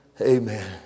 Amen